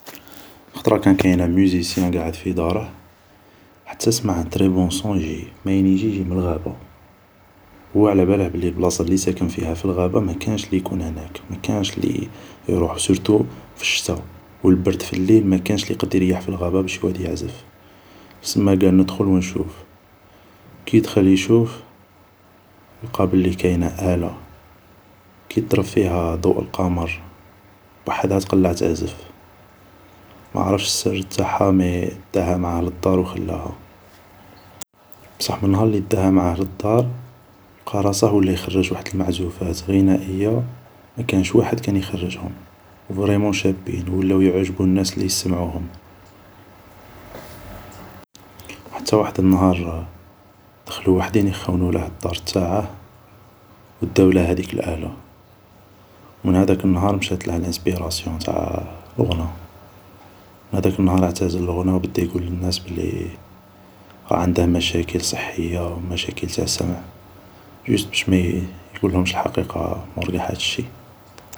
خطرا كان كاين ان ميزيسيان قاعد هاكا في داره ، حتا سمع ان تري بون سون يجيه ، ماين يجيه ؟ يجي من الغابة ، هو علاباله بلي البلاصة لي ساكن فيها في الغابة مكانش اللي يكون هناك ، مكانش اللي يروح سيرتو في الشتا و البرد في الليل مكانش اللي يقد يريح في الغابة باش يقعد يعزف ، سما قال ندخل و نشوف ، سما قال ندخل و نشوف ، كي دخل يشوف ، لقا بلي كينة الة ، كي درب فيها ضوء القمر وحدها تولي تعزف ، ما عرفش السر تاعها مي داها معاه للدار و خلاها ، بصح من نهار اللي داها معاه للدار ، لقى راسه ولا يخرج واحد المعزوفات غنائية مكانش واحد كان يخرجهم ، فريمون شابين ، ولاو يعجبو الناس اللي يسمعوهم ، حتى واحد النهار دخلو وحدين يخونوله الدار تاعه و داوله هديك الالة ، و من هداك النهار مشاتله هديك انسبيراسيون تاع لغنى ، و من هداك نهار اعتزل لغنى و بدا يقول للناس بدي راه عنده مشاكل صحية و مشاكل تاع سمع جيست باش مايقولهمش الحقيقة مور قاع هاد الشي